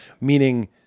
meaning